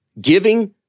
giving